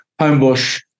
Homebush